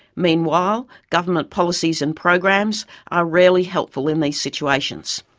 meanwhile, government policies and programs are rarely helpful in these situations.